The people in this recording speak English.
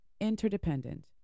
interdependent